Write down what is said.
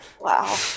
Wow